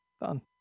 done